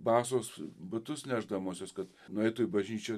basos batus nešdamosios kad nueitų į bažnyčią